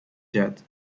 jet